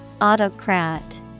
Autocrat